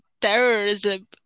terrorism